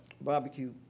barbecue